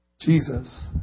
Jesus